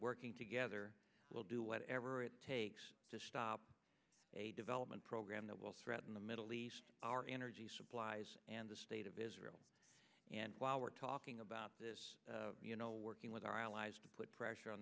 working together will do whatever it takes to stop a development program that will threaten the middle east our energy supplies and the state of israel and while we're talking about this you know working with our allies to put pressure on